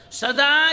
Sada